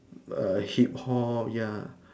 err Hip hop ya